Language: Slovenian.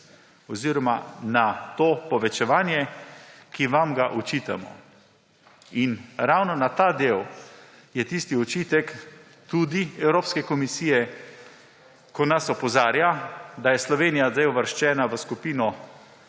oziroma na to povečevanje, ki vam ga očitamo. Ravno na ta del je tisti očitek tudi Evropske komisije, ko nas opozarja, da je Slovenija zdaj uvrščena v skupino